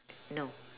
no